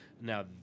Now